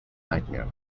nightmare